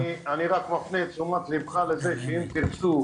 אני רק מפנה את תשומת ליבך לזה שאם תרצו,